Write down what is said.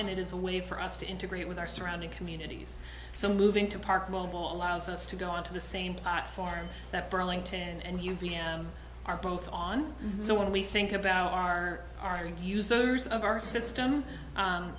and it is a way for us to integrate with our surrounding communities so moving to park mobile allows us to go on to the same form that burlington and you are both on so when we think about our current users of our system